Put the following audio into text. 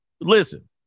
listen